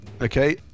Okay